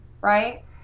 right